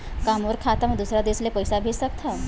का मोर खाता म दूसरा देश ले पईसा भेज सकथव?